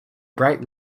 bright